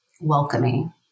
welcoming